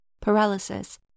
paralysis